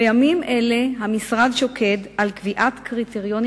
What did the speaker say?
בימים אלה המשרד שוקד על קביעת קריטריונים